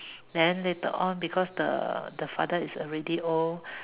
then later on because the the father is already old